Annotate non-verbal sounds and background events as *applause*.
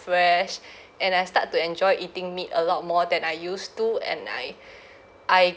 fresh *breath* and I start to enjoy eating meat a lot more than I used to and I *breath* I